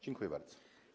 Dziękuję bardzo.